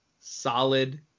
Solid